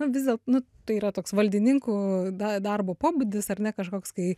nu vis dėl nu tai yra toks valdininkų da darbo pobūdis ar ne kažkoks kai